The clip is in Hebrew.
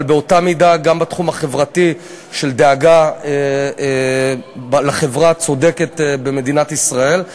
אבל באותה מידה גם בתחום החברתי של דאגה לחברה צודקת במדינת ישראל.